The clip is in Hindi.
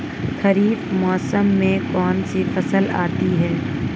खरीफ मौसम में कौनसी फसल आती हैं?